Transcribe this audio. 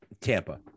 Tampa